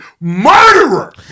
murderer